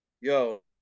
Yo